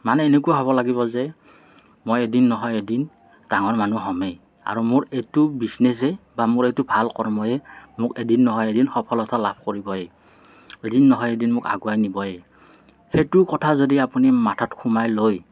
মানে এনেকুৱা হ'ব লাগিব যে মই এদিন নহয় এদিন ডাঙৰ মানুহ হ'মেই আৰু মোৰ এইটো বিজনেছেই বা মোৰ এইটো ভাল কৰ্মই মোক এদিন নহয় এদিন সফলতা লাভ কৰিবই এদিন নহয় এদিন মোক আগুৱাই নিবই সেইটো কথা যদি আপুনি মাথাত সুমুৱাই লয়